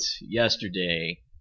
yesterday